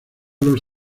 los